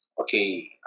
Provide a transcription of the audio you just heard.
Okay